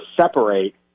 separate